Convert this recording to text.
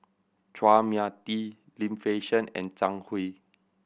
Chua Mia Tee Lim Fei Shen and Zhang Hui